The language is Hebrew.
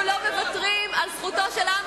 אנחנו לא מוותרים על זכותו של העם